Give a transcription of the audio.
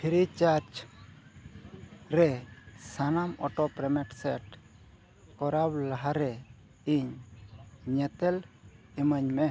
Freecharge ᱨᱮ ᱥᱟᱱᱟᱢ auto payment set ᱠᱚᱨᱟᱣ ᱞᱟᱦᱟᱨᱮ ᱤᱧ ᱧᱮᱛᱮᱞ ᱤᱢᱟᱹᱧ ᱢᱮ